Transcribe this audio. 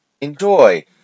enjoy